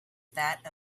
that